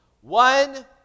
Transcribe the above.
One